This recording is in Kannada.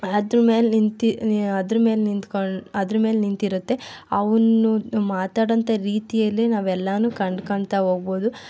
ಅದರ ಮೇಲೆ ನಿಂತು ಅದರ ಮೇಲೆ ನಿಂತ್ಕೊಂಡು ಅದರ ಮೇಲೆ ನಿಂತಿರುತ್ತೆ ಅವನು ಮಾತಾಡೋಂಥ ರೀತಿಯಲ್ಲೇ ನಾವೆಲ್ಲನೂ ಕಂಡ್ಕೋತಾ ಹೋಗ್ಬೋದು